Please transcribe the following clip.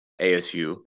ASU